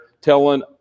telling